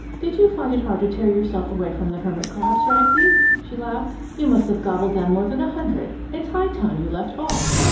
did you find it hard to tear yourself away from the hermit-crabs, ragsie? she laughed. you must have gobbled down more than a hundred. it's high time you left off!